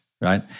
right